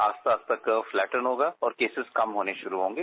आस पास तक फ्लैंटन होगा और केसिस कम होने शुरू होंगे